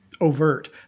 overt